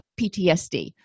PTSD